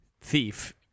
thief